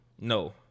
no